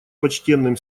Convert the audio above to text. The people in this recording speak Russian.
почтенным